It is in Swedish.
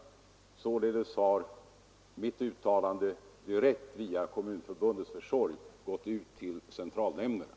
Således har mitt uttalande genom Kommunförbundets försorg gått ut direkt till centralnämnderna.